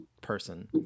person